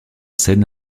scène